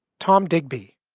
tom digby.